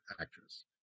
actress